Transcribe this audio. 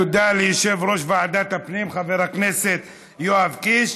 תודה ליושב-ראש ועדת הפנים חבר הכנסת יואב קיש.